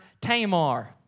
Tamar